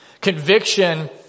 Conviction